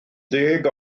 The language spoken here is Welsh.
ddeg